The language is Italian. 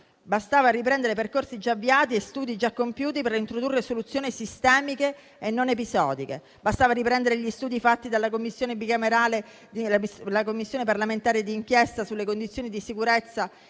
bastava riprendere percorsi già avviati e studi già compiuti per introdurre soluzioni sistemiche e non episodiche; bastava riprendere gli studi fatti dalla Commissione parlamentare d'inchiesta sulle condizioni di sicurezza